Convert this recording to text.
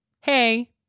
Hey